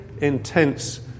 intense